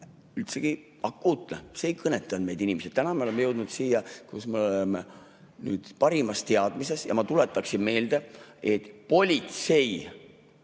üldse akuutne, see ei kõnetanud meid. Täna me oleme jõudnud siia, kus me nüüd oleme parimas teadmises, ja ma tuletaksin meelde, et politsei